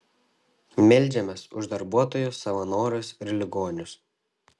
meldžiamės už darbuotojus savanorius ir ligonius